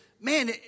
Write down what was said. man